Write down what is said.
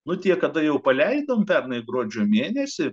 nu tie kada jau paleidome pernai gruodžio mėnesį